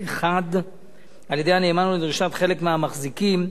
אחר על-ידי הנאמן ולדרישת חלק מהמחזיקים.